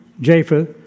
Japheth